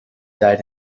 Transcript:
died